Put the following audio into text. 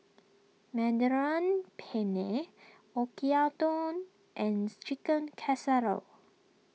Mediterranean Penne Oyakodon and Chicken Casserole